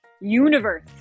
universe